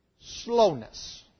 slowness